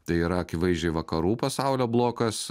tai yra akivaizdžiai vakarų pasaulio blokas